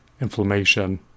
inflammation